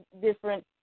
different